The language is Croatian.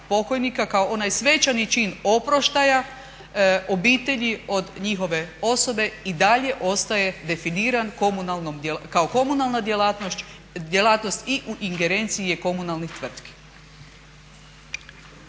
kao onaj svečani čin oproštaja obitelji od njihove osobe i dalje ostaje definiran kao komunalna djelatnost i u ingerenciji je komunalnih tvrtki.